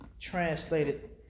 translated